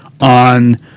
on